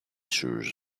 shoes